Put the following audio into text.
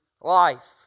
life